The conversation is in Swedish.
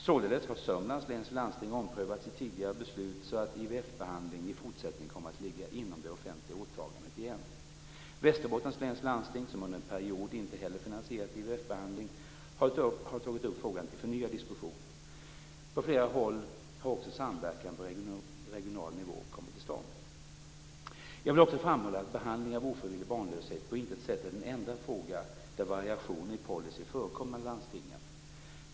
Således har Landstinget Sörmland omprövat sitt tidigare beslut så att IVF-behandling i fortsättningen kommer att ligga inom det offentliga åtagandet igen. Västerbottens läns landsting, som under en period inte heller finansierat IVF-behandling, har tagit upp frågan till förnyad diskussion. På flera håll har också samverkan på regional nivå kommit till stånd. Jag vill också framhålla att behandling av ofrivillig barnlöshet på intet sätt är den enda fråga där variationer i policy förekommer mellan landstingen.